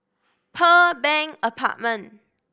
Pearl Bank Apartment